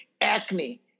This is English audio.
acne